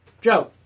Joe